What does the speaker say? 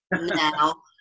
now